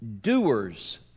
doers